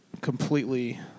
completely